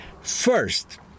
First